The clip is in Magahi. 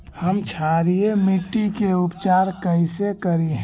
हम क्षारीय मिट्टी के उपचार कैसे करी?